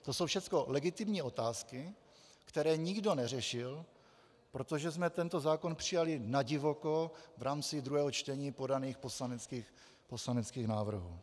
To jsou všechno legitimní otázky, které nikdo neřešil, protože jsme tento zákon přijali nadivoko v rámci druhého čtení podaných poslaneckých návrhů.